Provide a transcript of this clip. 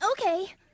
Okay